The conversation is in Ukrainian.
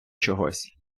чогось